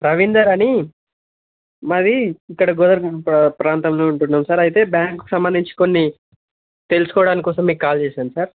రవీందర్ అని మాది ఇక్కడ గోదారి ప్రాంతంలో ఉంటున్నాం సార్ అయితే బ్యాంకుకి సంబంధించి కొన్ని తెలుసుకోవడానికి కోసం మీకు కాల్ చేశాను సార్